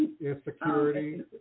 Insecurity